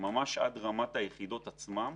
ממש עד רמת היחידות עצמן.